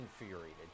infuriated